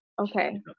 Okay